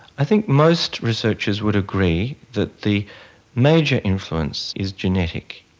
i think most researchers would agree that the major influence is genetic.